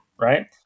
Right